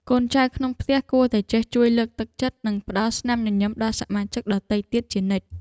កូនចៅក្នុងផ្ទះគួរតែចេះជួយលើកទឹកចិត្ត និងផ្តល់ស្នាមញញឹមដល់សមាជិកដទៃទៀតជានិច្ច។